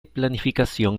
planificación